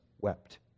wept